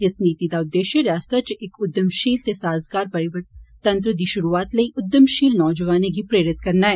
इस नीति दा उद्देश्य रियासता इच इक उद्वमशील ते साजगार परितंत्र दी शुरूआत लेई उद्वमशील नौजुआने गी प्रेरित करना ऐ